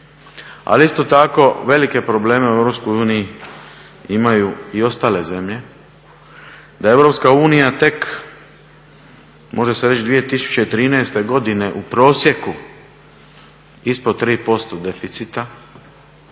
ali isto tako velike probleme u EU imaju i ostale zemlje, da je EU tek, može se reći, 2013. godine u prosjeku ispod 3% deficita,